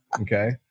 okay